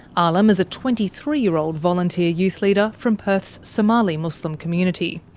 alim is a twenty three year old volunteer youth leader from perth's somali muslim community.